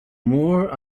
more